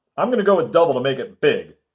i'm going to go with double to make it big.